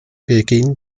beginn